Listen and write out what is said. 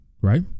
right